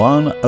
One